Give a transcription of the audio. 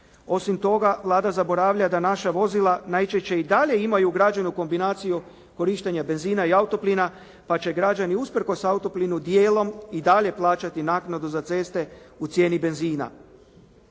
Osim toga Vlada zaboravlja da naša vozila najčešće i dalje imaju ugrađenu kombinaciju korištenja benzina i auto plina, pa će građani usprkos auto plinu dijelom i dalje plaćati naknadu za ceste u cijeni benzina.